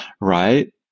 Right